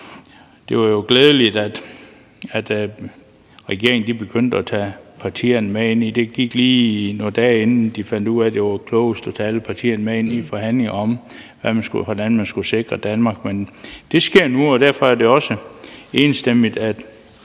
det var jo glædeligt, at regeringen begyndte at tage alle partierne med i det. Der gik lige nogle dage, inden den fandt ud af, at det var klogest at tage alle partierne med ind i forhandlingerne om, hvordan man skulle sikre Danmark, men det sker nu, og derfor er det også samtlige